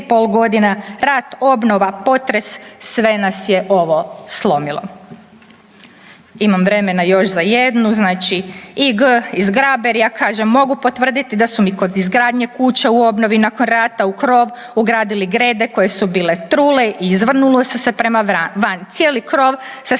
5,5.g., rat, obnova, potres, sve nas je ovo slomilo. Imam vremena još za jednu, znači I.G. iz Graberja kaže mogu potvrditi da su mi kod izgradnje kuće u obnovi nakon rata u krov ugradili grede koje su bile trule i izvrnule su se prema van. Cijeli krov se